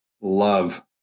love